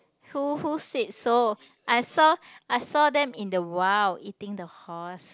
who who said so I saw I saw them in the wild eating the horse